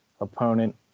opponent